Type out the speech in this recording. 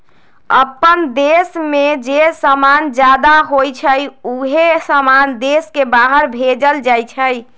अप्पन देश में जे समान जादा होई छई उहे समान देश के बाहर भेजल जाई छई